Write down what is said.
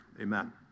amen